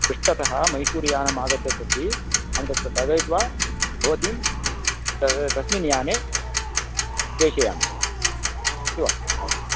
पृष्टत मैसूरु यानम् आगच्छत् अस्ति अहं तत्र स्थगयित्वा भवतीं तस्मिन् याने प्रेषयामि अस्तु वा अस्तु